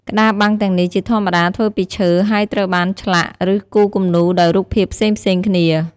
ក្តារបាំងទាំងនេះជាធម្មតាធ្វើពីឈើ ហើយត្រូវបានឆ្លាក់ ឬគូរគំនូរដោយរូបភាពផ្សេងៗគ្នា។